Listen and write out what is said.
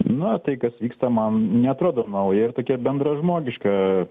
na tai kas vyksta man neatrodo nauja tokia bendražmogiška